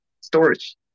storage